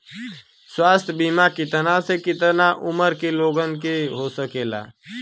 स्वास्थ्य बीमा कितना से कितना उमर के लोगन के हो सकेला?